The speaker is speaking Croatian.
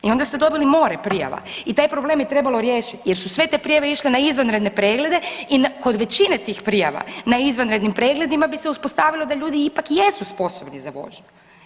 I onda ste dobili more prijava i taj problem je trebalo riješiti, jer su sve te prijave išle na izvanredne preglede i kod većine tih prijava na izvanrednim pregledima bi se uspostavilo da ljudi ipak jesu sposobni za vožnju.